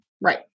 Right